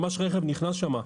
ממש רכב נכנס שם,